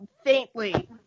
faintly